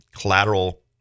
collateral